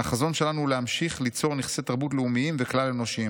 "החזון שלנו הוא להמשיך ליצור נכסי תרבות לאומיים וכלל-אנושיים,